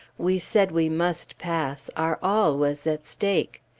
we said we must pass our all was at stake.